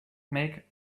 make